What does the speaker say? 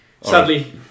Sadly